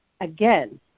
Again